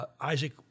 Isaac